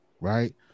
right